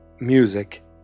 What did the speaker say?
music